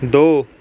دو